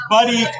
Buddy